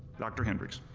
dr. hendrix.